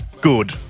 good